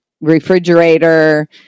refrigerator